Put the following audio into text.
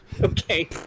Okay